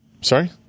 Sorry